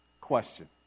question